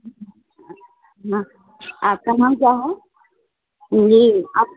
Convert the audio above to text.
आपका नाम क्या है जी आप